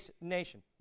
nation